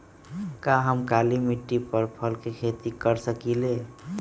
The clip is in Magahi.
का हम काली मिट्टी पर फल के खेती कर सकिले?